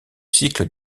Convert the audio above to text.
cycle